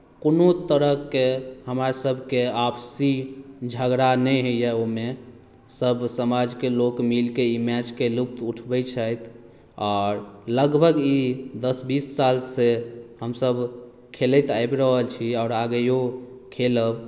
कोनो तरहके हमरासभके आपसी झगड़ा नहि होइए ओहिमे सभ समाजके लोक मिलिके ई मैचके लुत्फ उठबैत छथि आओर लगभग ई दस बीस सालसँ हमसभ खेलैत आबि रहल छी आओर आगेओ खेलब